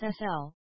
SSL